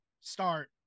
start